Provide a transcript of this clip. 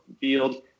field